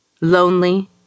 lonely